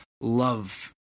love